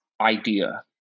idea